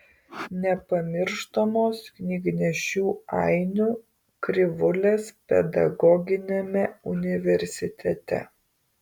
nepamirštamos knygnešių ainių krivulės pedagoginiame universitete